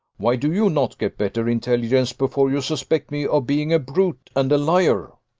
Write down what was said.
why do you not get better intelligence before you suspect me of being a brute and a liar?